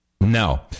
No